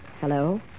Hello